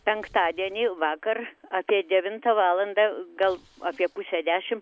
penktadienį vakar apie devintą valandą gal apie pusę dešim